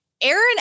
Aaron